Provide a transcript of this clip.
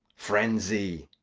frenzy!